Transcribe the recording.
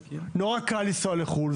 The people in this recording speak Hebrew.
נורא קל לנסוע לחו"ל.